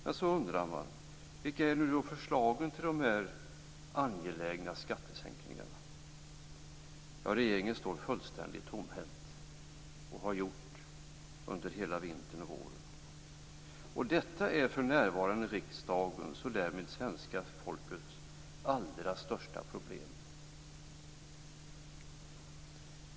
Men så undrar man vilka förslag som finns när det gäller dessa angelägna skattesänkningar. Ja, regeringen står fullständigt tomhänt och har gjort det under hela vintern och våren. Och detta är för närvarande riksdagens och därmed svenska folkets allra största problem.